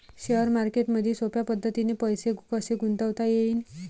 Share मार्केटमधी सोप्या पद्धतीने पैसे कसे गुंतवता येईन?